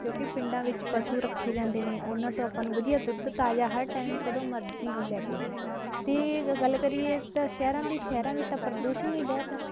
ਕਿਉਂਕਿ ਪਿੰਡਾਂ ਵਿੱਚ ਪਸ਼ੂ ਰੱਖੇ ਜਾਂਦੇ ਨੇ ਉਨ੍ਹਾਂ ਤੋਂ ਆਪਾਂ ਨੂੰ ਵਧੀਆ ਦੁੱਧ ਤਾਜਾ ਹਰ ਟੈਮ ਕਦੋਂ ਮਰਜੀ ਲੈ ਕੇ ਆਓ ਅਤੇ ਗ ਗੱਲ ਕਰੀਏ ਤਾਂ ਸ਼ਹਿਰਾਂ ਦੀ ਸ਼ਹਿਰਾਂ ਵਿੱਚ ਤਾਂ ਪ੍ਰਦੂਸ਼ਣ ਹੀ ਬਹੁਤ ਹੈ